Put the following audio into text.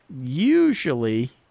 usually